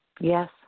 Yes